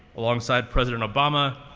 alongside president obama,